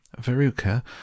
veruca